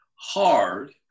hard